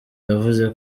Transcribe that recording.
yavuze